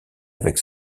avec